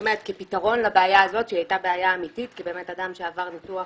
כפתרון לבעיה הזאת שהיא הייתה בעיה אמיתית כי באמת אדם שעבר ניתוח,